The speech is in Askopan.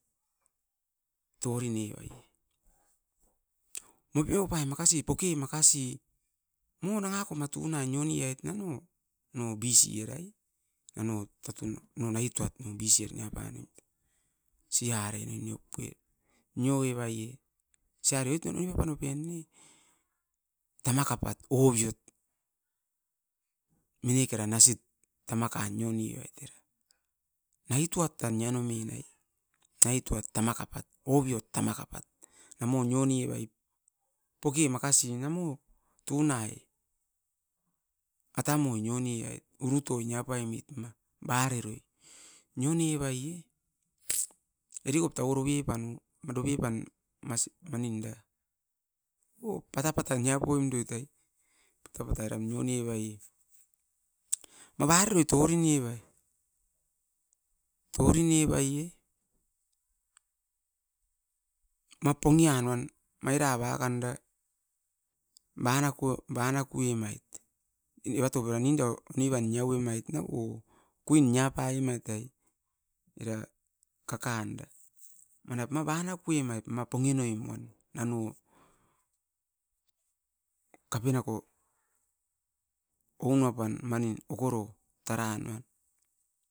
Poke makasi mo nangako ma nione ait na no bcl naituat, cra mo nioevat monagako mara. Cra oit oniavat ne, tamakapat, obiot, naituat minekera nasit tamakan nioneait, poke makasi tunai, atamo, uruto, barero. Pata pata nia paoim doit era ma barero torinevait. Ma pongean mairava banako emait, evatop era ninda nia paone mait era kakait, no kun riva. Ma okoro taran eran ne ma niione vait.